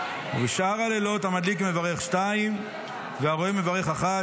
ובשאר הלילות המדליק מברך שתיים והרואה מברך אחת,